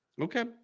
Okay